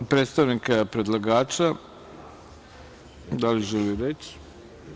Pitam predstavnika predlagača da li želi reč?